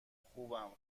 خوبم